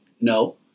No